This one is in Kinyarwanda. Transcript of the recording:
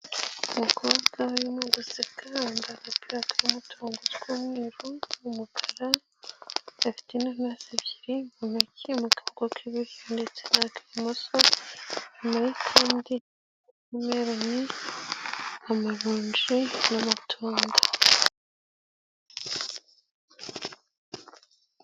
Umukobwa urimo guseka, yambaye agapira karimo uturongo tw'umweru n'umukara, afite inanasi ebyiri mu ntoki, mu kaboko k'iburyo ndetse n'ak'ibumoso, inyuma ye hari watameroni, amaronji n'amatunda.